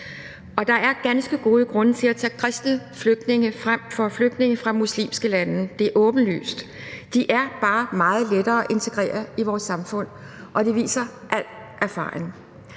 der er ganske gode grunde til at tage kristne flygtninge frem for flygtninge fra muslimske lande; det er åbenlyst. De er bare meget lettere at integrere i vores samfund, og det viser al erfaring.